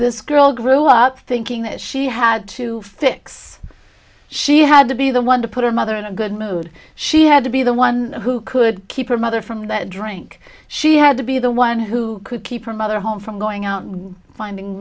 this girl grew up thinking that she had to fix she had to be the one to put her mother in a good mood she had to be the one who could keep her mother from that drink she had to be the one who could keep her mother home from going out and finding